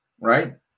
Right